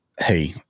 hey